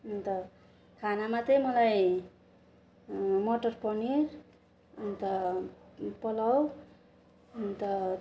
अन्त खानामा त मलाई मटर पनिर अन्त पुलाव अन्त